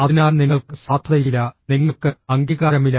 അതിനാൽ നിങ്ങൾക്ക് സാധുതയില്ല നിങ്ങൾക്ക് അംഗീകാരമില്ല